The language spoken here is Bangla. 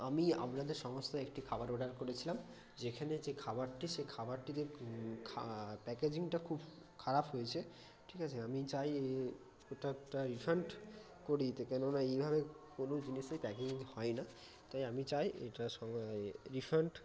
আমি আপনাদের সংস্থায় একটি খাবার অর্ডার করেছিলাম যেখানে যে খাবারটি সে খাবারটিতে খা প্যাকেজিংটা খুব খারাপ হয়েছে ঠিক আছে আমি চাই এ এটা একটা রিফান্ড করে দিতে কেন না এইভাবে কোনো জিনিসের প্যাকিং হয় না তাই আমি চাই এটা সময়ে রিফান্ড